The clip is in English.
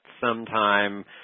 sometime